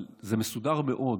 אבל זה מסודר מאוד.